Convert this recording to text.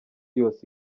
yose